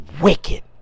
wicked